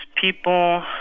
people